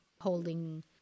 Holding